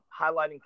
highlighting